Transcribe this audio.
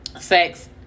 sex